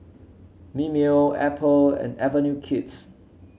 Mimeo Apple and Avenue Kids